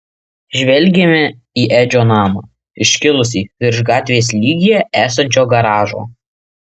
žvelgėme į edžio namą iškilusį virš gatvės lygyje esančio garažo